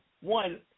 One